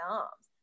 arms